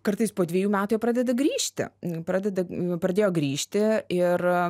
kartais po dviejų metų jie pradeda grįžti pradeda pradėjo grįžti ir